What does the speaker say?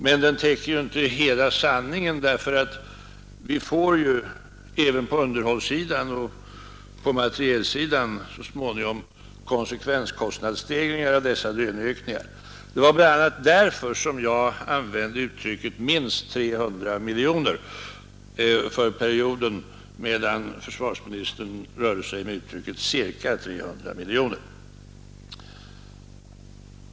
Men den täcker inte hela sanningen därför att vi även på underhållssidan och materielsidan så småningom får konsekvenskostnadsstegringar av dessa löneökningar. Det var bl.a. därför jag använde uttrycket minst 300 miljoner för perioden medan försvarsministern rörde sig med uttrycket ca 300 miljoner.